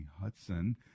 Hudson